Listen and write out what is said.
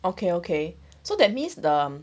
okay okay so that means the